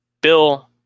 Bill